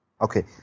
Okay